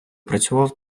працював